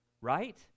Right